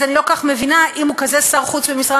אז אני לא כל כך מבינה אם הוא כזה שר חוץ במשרה